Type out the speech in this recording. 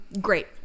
great